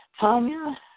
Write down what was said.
Tanya